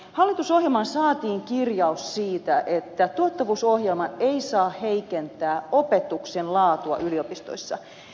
hallitusohjelmaan saatiin kirjaus siitä että tuottavuusohjelma ei saa heikentää opetuksen laatua yliopistoissa